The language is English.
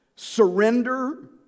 Surrender